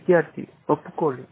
విద్యార్థి ఒప్పుకోలు